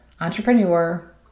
entrepreneur